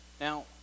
Now